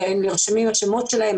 הם נרשמים בשמות שלהם,